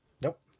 Nope